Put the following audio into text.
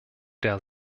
der